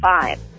five